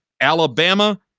Alabama